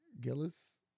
Gillis